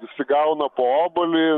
visi gauna po obuolį